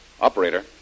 Operator